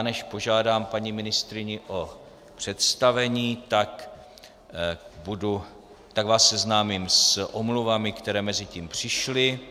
Než požádám paní ministryni o představení, tak vás seznámím s omluvami, které mezitím přišly.